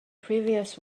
previous